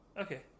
Okay